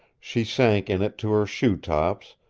she sank in it to her shoe-tops,